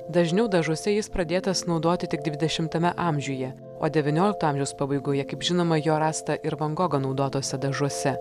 dažniau dažuose jis pradėtas naudoti tik dvidešimtame amžiuje o devyniolikto amžiaus pabaigoje kaip žinoma jo rasta ir van gogo naudotuose dažuose